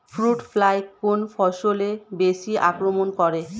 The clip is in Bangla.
ফ্রুট ফ্লাই কোন ফসলে বেশি আক্রমন করে?